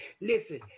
Listen